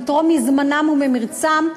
לתרום מזמנים וממרצם,